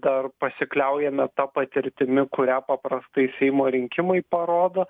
dar pasikliaujame ta patirtimi kurią paprastai seimo rinkimai parodo